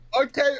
okay